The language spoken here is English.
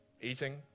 eating